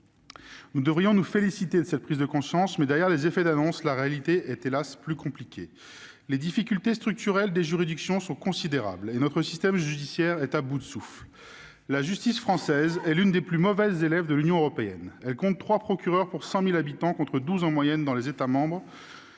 Nous devrions nous féliciter de cette prise de conscience, mais, derrière les effets d'annonces, la réalité est hélas plus compliquée. Les difficultés structurelles des juridictions sont considérables, et notre système judiciaire est à bout de souffle. La justice française est l'une des plus mauvaises élèves de l'Union européenne. Elle compte trois procureurs pour 100 000 habitants, contre 12 en moyenne dans les États membres.